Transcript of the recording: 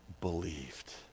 believed